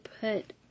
put